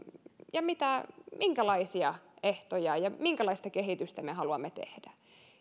ja minkälaisia ehtoja haluamme ja minkälaista kehitystä me haluamme tehdä